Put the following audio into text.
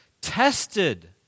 tested